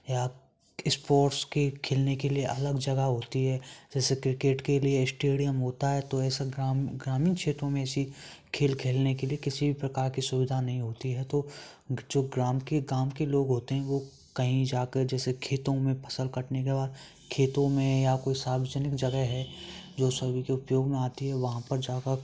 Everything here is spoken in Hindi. या स्पोर्ट्स के खेलने कि लिए अलग जगह होती है जैसे क्रिकेट के लिए स्टेडियम होता है तो ऐसा ग्राम ग्रामीण क्षेत्रों में ऐसी खेल खेलने के लिए किसी भी प्रकार की सुविधा नहीं होती है तो जो ग्राम के गाँव के लोग होते हैं वह कहीं जाकर जैसे खेतों में फ़स्ल कटने के बाद खेतों में या कोई सार्वजनिक जगह है जो सभी के उपयोग में आती है वहाँ पर जाकर